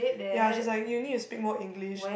ya she's like you need to speak more English